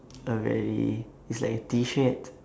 a very is like a T-shirt